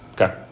Okay